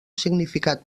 significat